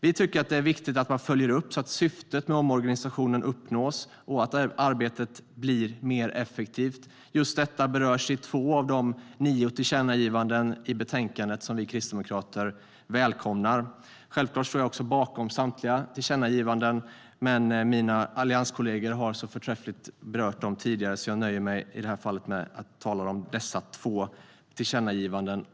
Vi tycker att det är viktigt att man följer upp detta, så att syftet med omorganisationen uppnås och att arbetet blir mer effektivt. Just detta berörs i två av de nio tillkännagivanden i betänkandet som vi kristdemokrater välkomnar. Självklart står jag bakom samtliga tillkännagivanden, men mina allianskollegor har så förträffligt berört dem tidigare att jag i det här fallet nöjer mig med att tala om dessa två tillkännagivanden.